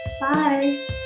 Bye